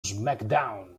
smackdown